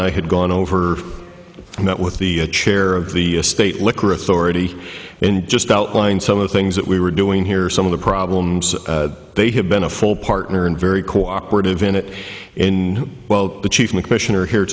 and i had gone over and met with the chair of the state liquor authority and just outlined some of the things that we were doing here some of the problems they had been a full partner and very cooperative in it in well the chief in question are here